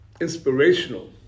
inspirational